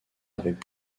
avec